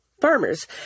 farmers